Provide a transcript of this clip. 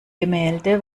gemälde